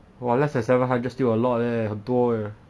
!wah! less than seven hundred still a lot leh 很多 eh